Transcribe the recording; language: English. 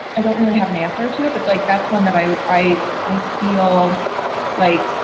i don't really have an answer to it, but like that's one that i. i i feel like.